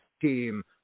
team